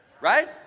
Right